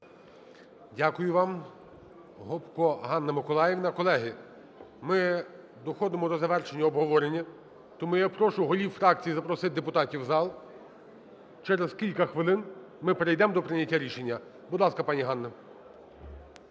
Дякую вам. Гопко Ганна Миколаївна. Колеги, ми доходимо до завершення обговорення. Тому я прошу голів фракцій запросити депутатів в зал. Через кілька хвилин ми перейдемо до прийняття рішення. Будь ласка, пані Ганна.